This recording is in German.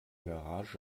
garage